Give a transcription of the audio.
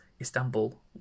Istanbul